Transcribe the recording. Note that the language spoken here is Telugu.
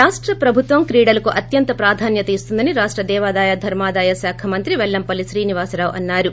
రాష్ట ప్రభుత్వం క్రీడలకు అత్యంత ప్రాధాన్యత ఇస్తుందని రాష్ట దేవాదాయ ధర్మాధాయ శాఖ మంత్రి వెల్లంపల్లి శ్రీనివాసరావు అన్నారు